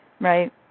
Right